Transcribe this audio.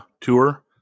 tour